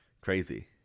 Crazy